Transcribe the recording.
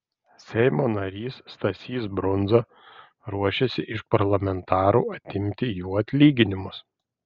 seimo narys stasys brundza ruošiasi iš parlamentarų atimti jų atlyginimus